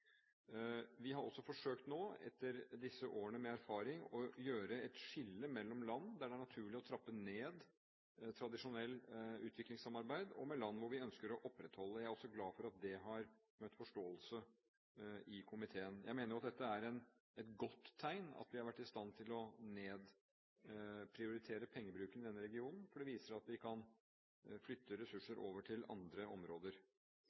Vi har også forsøkt nå etter disse årene med erfaring å gjøre et skille mellom land der det er naturlig å trappe ned tradisjonelt utviklingssamarbeid, og land hvor vi ønsker å opprettholde det. Jeg er også glad for at det har møtt forståelse i komiteen. Jeg mener at det er et godt tegn at vi har vært i stand til å nedprioritere pengebruken i denne regionen. Det viser at vi kan flytte ressurser over til andre områder.